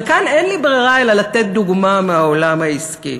אבל כאן אין לי ברירה אלא לתת דוגמה מהעולם העסקי,